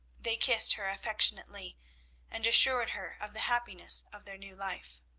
they kissed her affectionately and assured her of the happiness of their new life.